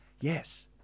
Yes